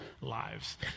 lives